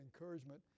encouragement